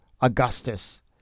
augustus